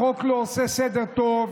החוק לא עושה סדר טוב